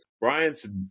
Brian's